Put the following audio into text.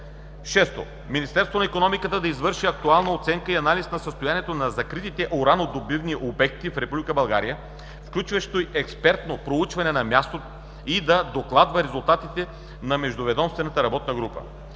VI. Министерството на икономиката да извърши актуална оценка и анализ на състоянието на закритите уранодобивни обекти в Република България, включващи експертно проучване на място и да докладва резултатите на междуведомствената работна група.